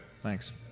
Thanks